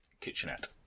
kitchenette